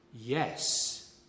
yes